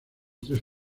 tres